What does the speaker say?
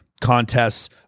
contests